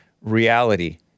reality